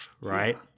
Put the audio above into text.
right